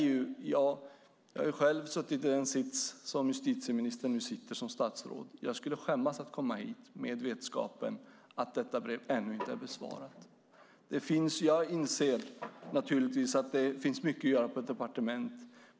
Jag har själv suttit i den sits som justitieministern nu gör som statsråd. Jag skulle skämmas över att komma hit med vetskapen om att detta brev ännu inte är besvarat. Jag inser naturligtvis att det finns mycket att göra på ett departement.